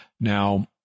Now